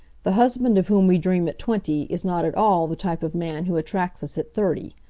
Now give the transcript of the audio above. the husband of whom we dream at twenty is not at all the type of man who attracts us at thirty.